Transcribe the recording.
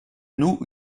nous